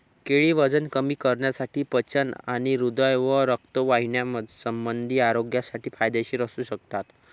केळी वजन कमी करण्यासाठी, पचन आणि हृदय व रक्तवाहिन्यासंबंधी आरोग्यासाठी फायदेशीर असू शकतात